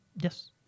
Yes